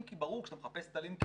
אם כי ברור שכשאתה מחפש את הלינקים,